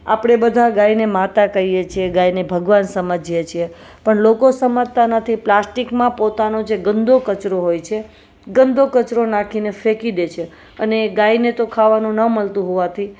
આપણે બધા ગાયને માતા કહીએ છીએ ગાયને ભગવાન સમજીએ છીએ પણ લોકો સમજતા નથી પ્લાસ્ટિકમાં પોતાનો જે ગંદો કચરો હોય છે ગંદો કચરો નાખીને ફેંકી દે છે અને ગાયને તો ખાવાનું ન મળતું હોવાથી